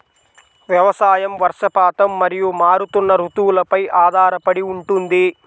వ్యవసాయం వర్షపాతం మరియు మారుతున్న రుతువులపై ఆధారపడి ఉంటుంది